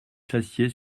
s’assied